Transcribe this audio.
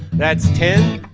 that's ten